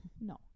No